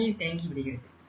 தண்ணீர் தேங்கி விடுகிறது